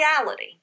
reality